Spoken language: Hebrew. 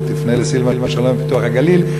תפנה לסילבן שלום מפיתוח הנגב והגליל,